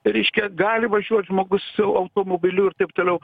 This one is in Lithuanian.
reiškia gali važiuot žmogus automobiliu ir taip toliau